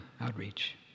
outreach